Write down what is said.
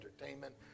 entertainment